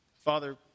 Father